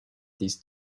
these